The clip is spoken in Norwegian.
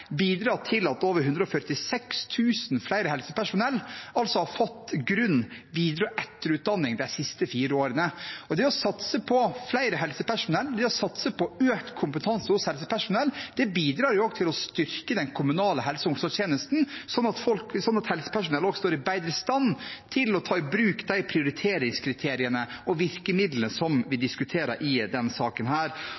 bidrar til å øke pasientenes helsetjeneste i større grad. Kompetanseløft 2020 og 2025, som jeg har nevnt flere ganger i løpet av denne debatten, har bidratt til at over 146 000 flere helsepersonell har fått grunn-, videre- og etterutdanning de siste fire årene. Det å satse på mer helsepersonell og økt kompetanse hos helsepersonell bidrar også til å styrke den kommunale helse- og omsorgstjenesten, slik at helsepersonell står i bedre stand til å ta i bruk